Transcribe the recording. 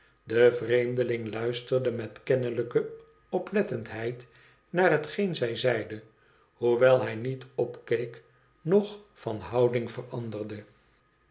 de vreemdeling luisterde met kennelijke oplettendheid naar hetgeen zij zeide hoewel hij niet opkeek noch van houding veranderde